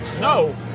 No